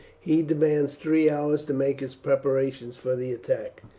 he demands three hours to make his preparations for the attack.